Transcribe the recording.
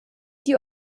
die